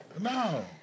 No